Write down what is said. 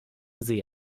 see